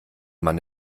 man